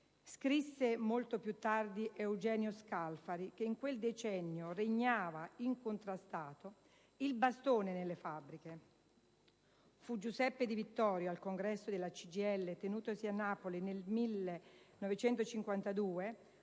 Scrisse, molto più tardi, Eugenio Scalfari, che in quel decennio regnava incontrastato il «bastone nelle fabbriche». Fu Giuseppe Di Vittorio, al congresso della CGIL tenutosi a Napoli del 1952,